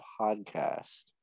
podcast